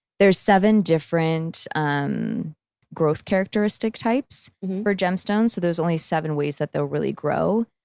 there's seven different um growth characteristics types for gemstones. there's only seven ways that they'll really grow,